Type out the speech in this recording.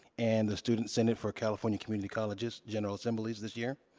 and the student senate for california community colleges' general assemblies this year.